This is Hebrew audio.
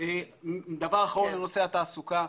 דבר אחרון בנושא התעסוקה,